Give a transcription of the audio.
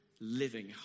Living